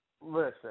Listen